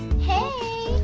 hey!